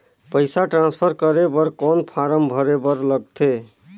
पईसा ट्रांसफर करे बर कौन फारम भरे बर लगथे?